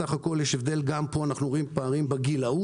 בסך הכול גם פה אנחנו רואים פערים בגילאות.